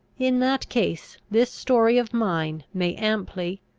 in that case this story of mine may amply,